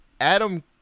Adam